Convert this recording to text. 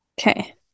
Okay